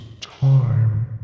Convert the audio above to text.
time